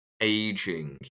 aging